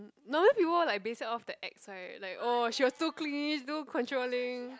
normally people will like base it off the ex right like oh she was too clingy too controlling